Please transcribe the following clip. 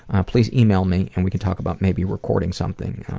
um please email me and we can talk about maybe recording something.